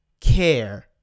care